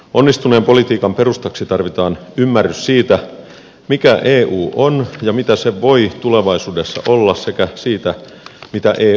onnistuneen politiikan perustaksi tarvitaan ymmärrys siitä mikä eu on ja mitä se voi tulevaisuudessa olla sekä siitä mitä eu ei ole